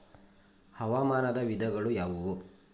ಹವಾಮಾನದ ವಿಧಗಳು ಯಾವುವು?